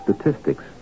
Statistics